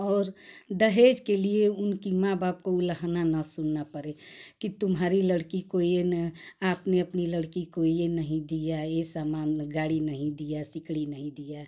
और दहेज के लिए उसके माँ बाप को उलाहना न सुननी पड़े कि तुम्हारी लड़की को यह ना आपने अपनी लड़की को यह नहीं दिया यह सामान गाड़ी नहीं दी सिकड़ी नहीं दी